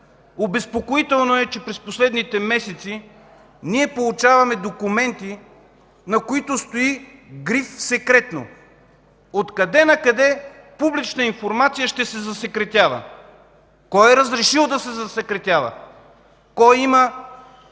Обезпокоително е, че през последните месеци получаваме документи, на които стои гриф „Секретно!”. От къде накъде публична информация ще се засекретява? Кой е разрешил да се засекретява? Кой има